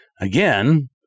again